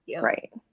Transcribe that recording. right